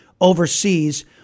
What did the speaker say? overseas